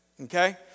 Okay